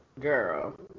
girl